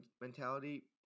mentality